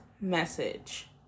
message